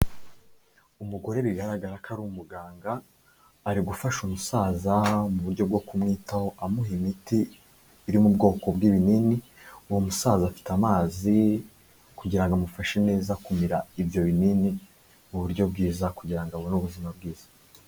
Umugore bigaragara ko ari umuganga ari gufasha umusaza mu buryo bwo kumwitaho amuha imiti iri mu bwoko bw'ibinini, uwo musaza afite amazi kugira ngo amufashe neza kumira ibyo binini mu buryo bwiza kugira ngo abone ubuzima bwiza.